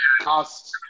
cost